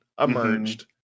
emerged